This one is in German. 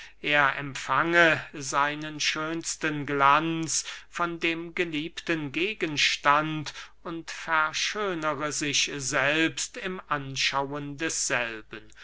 er empfange seinen schönsten glanz von dem geliebten gegenstand und verschönere sich selbst im anschauen desselben